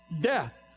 death